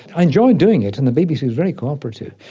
i enjoyed doing it and the bbc was very cooperative.